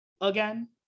again